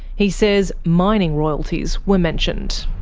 he says mining royalties were mentioned.